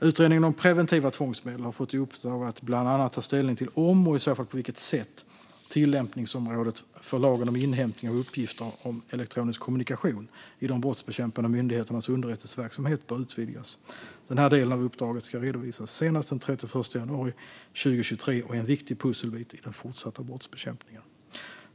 Utredningen om preventiva tvångsmedel har fått i uppdrag att bland annat ta ställning till om, och i så fall på vilket sätt, tillämpningsområdet för lagen om inhämtning av uppgifter om elektronisk kommunikation i de brottsbekämpande myndigheternas underrättelseverksamhet bör utvidgas. Den här delen av uppdraget ska redovisas senast den 31 januari 2023 och är en viktig pusselbit i den fortsatta brottsbekämpningen.